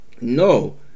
No